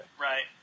Right